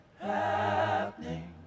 happening